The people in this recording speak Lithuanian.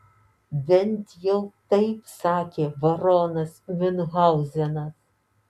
bent jau taip sakė baronas miunchauzenas